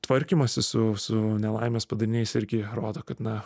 tvarkymasis su su nelaimės padariniais irgi rodo kad na